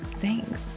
thanks